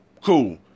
cool